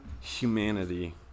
humanity